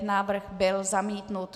Návrh byl zamítnut.